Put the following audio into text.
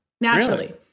naturally